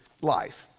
life